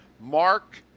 Mark